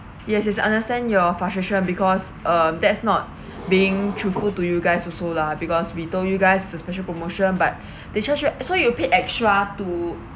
yes yes I understand your frustration because uh that's not being truthful to you guys also lah because we told you guys it's a special promotion but they charge you so you pay extra to